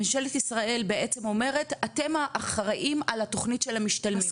ממשלת ישראל בעצם אומרת אתם האחראים על התוכנית של המשתלמים,